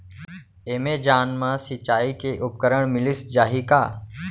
Amazon मा सिंचाई के उपकरण मिलिस जाही का?